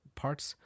parts